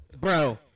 Bro